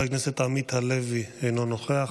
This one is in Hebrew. חבר הכנסת עמית הלוי, אינו נוכח,